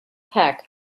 pack